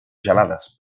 gelades